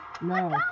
No